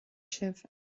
sibh